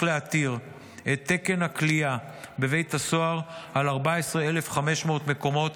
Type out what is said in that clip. להתיר את תקן הכליאה בבית הסוהר על 14,500 מקומות,